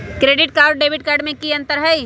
Credit card और debit card में की अंतर हई?